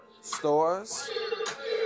stores